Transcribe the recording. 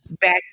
back